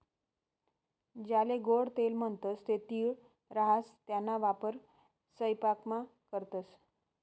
ज्याले गोडं तेल म्हणतंस ते तीळ राहास त्याना वापर सयपाकामा करतंस